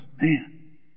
Man